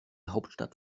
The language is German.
hauptstadt